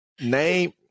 name